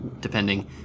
depending